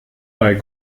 bei